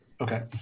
Okay